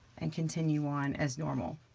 and continue on as normal,